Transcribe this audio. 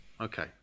Okay